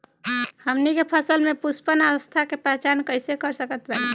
हमनी के फसल में पुष्पन अवस्था के पहचान कइसे कर सकत बानी?